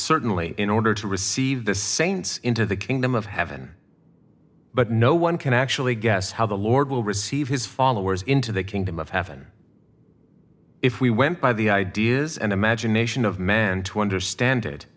certainly in order to receive the saints into the kingdom of heaven but no one can actually guess how the lord will receive his followers into the kingdom of heaven if we went by the ideas and imagination of man to understand it